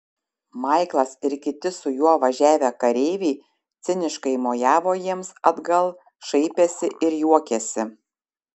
maiklas ir kiti su juo važiavę kareiviai ciniškai mojavo jiems atgal šaipėsi ir juokėsi